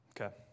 Okay